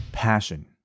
passion